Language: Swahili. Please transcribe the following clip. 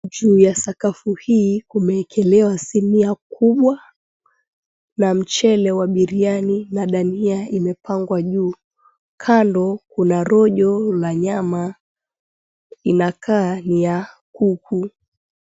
Juu ya sakafu hii kumewekelewa sinia kubwa na mchele wa biriani na dania imepangwa juu. Kando kuna rojo la nyama inakaa ni ya kuku.